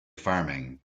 farming